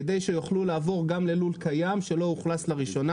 כדי שיוכלו לעבור גם ללול קיים שלא אוכלס לראשונה.